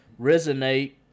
resonate